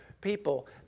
people